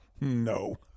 No